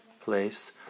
place